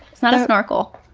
it's not a snorkel.